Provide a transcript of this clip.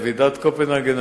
כולם מדברים בוועידת קופנהגן,